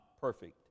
perfect